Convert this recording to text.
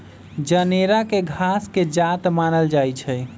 जनेरा के घास के जात मानल जाइ छइ